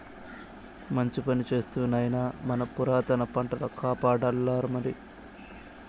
మంచి పని చేస్తివి నాయనా మన పురాతన పంటల కాపాడాల్లమరి